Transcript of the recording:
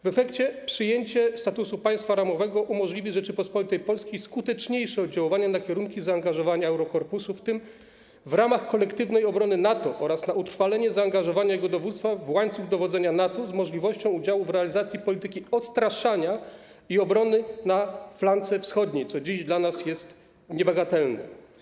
W efekcie przyjęcie statusu państwa ramowego umożliwi Rzeczypospolitej Polskiej skuteczniejsze oddziaływanie na kierunki zaangażowania Eurokorpusu, w tym w ramach kolektywnej obrony NATO, oraz na utrwalenie zaangażowania jego dowództwa w łańcuch dowodzenia NATO z możliwością udziału w realizacji polityki odstraszania i obrony na flance wschodniej, co dziś dla nas jest niebagatelne.